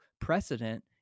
precedent